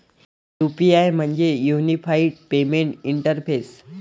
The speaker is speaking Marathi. यू.पी.आय म्हणजे युनिफाइड पेमेंट इंटरफेस